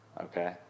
Okay